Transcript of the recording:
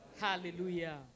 Hallelujah